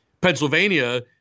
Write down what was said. Pennsylvania